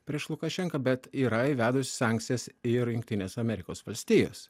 prieš lukašenką bet yra įvedusi sankcijas ir jungtinės amerikos valstijos